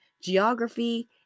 geography